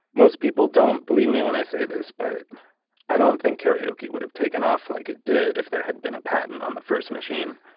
most people don't believe me when i say this, but i don't think karaoke would have taken off like it did if there had been a patent on the first machine.